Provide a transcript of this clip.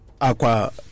aqua